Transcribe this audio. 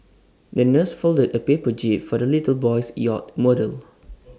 the nurse folded A paper jib for the little boy's yacht model